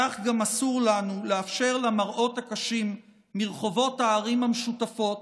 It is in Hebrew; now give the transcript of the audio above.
כך גם אסור לנו לאפשר למראות הקשים מרחובות הערים המשותפות